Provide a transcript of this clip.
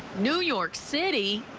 new york city